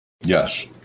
Yes